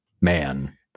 man